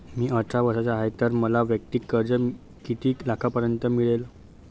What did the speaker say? मी अठरा वर्षांचा आहे तर मला वैयक्तिक कर्ज किती लाखांपर्यंत मिळेल?